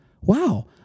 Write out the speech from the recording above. Wow